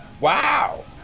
Wow